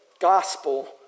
gospel